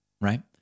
Right